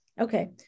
Okay